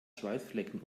schweißflecken